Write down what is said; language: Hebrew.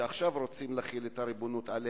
שעכשיו רוצים להחיל עליה את הריבונות.